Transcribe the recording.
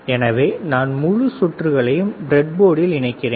எனவே நான் முழு சுற்றுகளையும் பிரெட்போர்டில் இணைக்கிறேன்